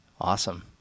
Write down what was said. awesome